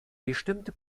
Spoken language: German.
bestimmte